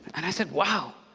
and i said, wow.